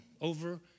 over